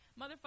Motherfucker